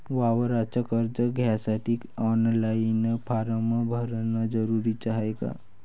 वावराच कर्ज घ्यासाठी ऑनलाईन फारम भरन जरुरीच हाय का?